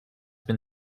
been